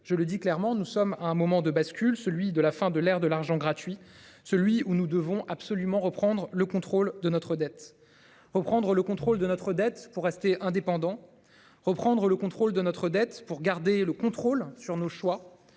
Je le dis clairement, nous sommes à un moment de bascule, celui de la fin de l'ère de l'argent gratuit celui où nous devons absolument reprendre le contrôle de notre dette. Reprendre le contrôle de notre dette pour rester indépendant. Reprendre le contrôle de notre dette pour garder le contrôle sur nos choix